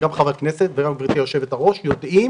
חברי הכנסת וגברתי יושבת הראש יודעים